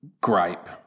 gripe